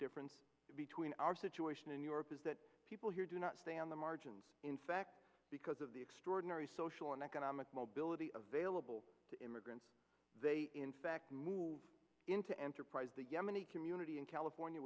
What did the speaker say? difference between our situation in europe is that people here do not stay on the margins in fact because of the extraordinary social and economic mobility of bailable immigrants they in fact moved into enterprise the yemeni community in california